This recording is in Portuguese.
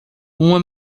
uma